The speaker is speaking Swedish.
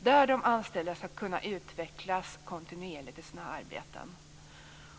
De anställda skall kunna utvecklas kontinuerligt i sina arbeten.